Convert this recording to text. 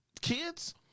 Kids